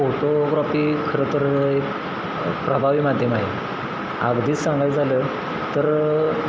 photography खरं तर एक प्रभावी माध्यम आहे अगदीच सांगायचं झालं तर